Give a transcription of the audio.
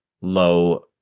low